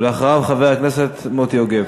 ואחריו, חבר הכנסת מוטי יוגב.